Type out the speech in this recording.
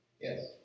Yes